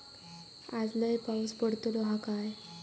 आज लय पाऊस पडतलो हा काय?